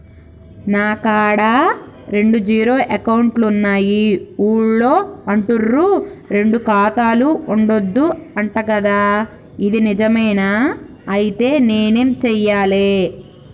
నా కాడా రెండు జీరో అకౌంట్లున్నాయి ఊళ్ళో అంటుర్రు రెండు ఖాతాలు ఉండద్దు అంట గదా ఇది నిజమేనా? ఐతే నేనేం చేయాలే?